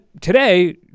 today